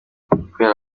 kubera